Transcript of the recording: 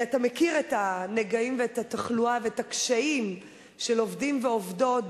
אתה מכיר את הנגעים ואת התחלואה ואת הקשיים של עובדים ועובדות,